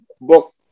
book